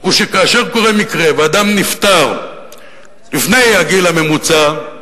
הוא שכאשר קורה מקרה ואדם נפטר לפני הגיל הממוצע,